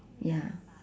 ya